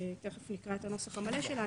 תיכף נקרא את הנוסח המלא שלה,